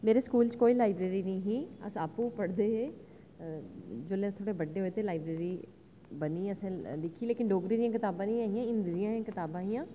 मेरे स्कूल च कोई लाइब्रेरी नेईं ही अस आपूं पढ़दे हे जेल्लै थोह्ड़े बड्डे होए ते लाइब्रेरी बनी असें दिक्खी लेकिन डोगरी दी कताबां निं ऐ हियां हिंदी दियां कताबां हियां